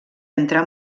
entrar